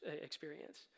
experience